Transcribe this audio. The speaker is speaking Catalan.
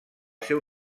seu